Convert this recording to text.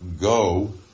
go